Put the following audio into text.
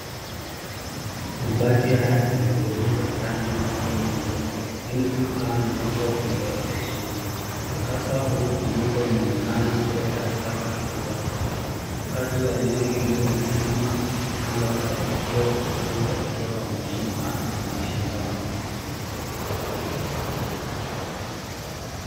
Mabati haya yamegeuza rangi na kuwa meusi, hii ni kutokana na moto ulioyachoma. Mkasa huu wa moto umeonekana kuleta hasara kubwa sana. wakazi wa eneo hili wamesimama, kando ya tukio huku wakiwa wameshikwa na mshangao.